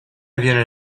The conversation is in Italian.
avviene